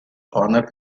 honour